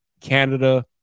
Canada